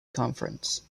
conference